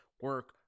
Work